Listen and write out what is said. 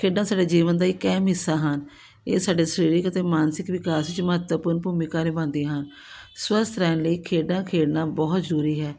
ਖੇਡਾਂ ਸਾਡੇ ਜੀਵਨ ਦਾ ਇੱਕ ਅਹਿਮ ਹਿੱਸਾ ਹਨ ਇਹ ਸਾਡੇ ਸਰੀਰਕ ਅਤੇ ਮਾਨਸਿਕ ਵਿਕਾਸ ਵਿੱਚ ਮਹੱਤਵਪੂਰਨ ਭੂਮਿਕਾ ਨਿਭਾਉਂਦੀਆਂ ਹਨ ਸਵਸਥ ਰਹਿਣ ਲਈ ਖੇਡਾਂ ਖੇਡਣਾ ਬਹੁਤ ਜ਼ਰੂਰੀ ਹੈ